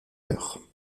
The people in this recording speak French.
heures